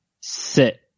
sit